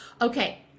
Okay